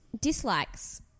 Dislikes